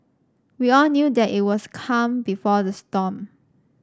we all knew that it was calm before the storm